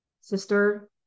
sister